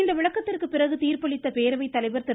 இந்த விளக்கத்திற்கு பிறகு தீர்ப்பளித்த பேரவை தலைவர் திரு